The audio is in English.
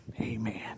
amen